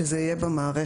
שזה יהיה במערכת,